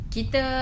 Kita